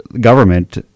government